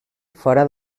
fora